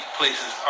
places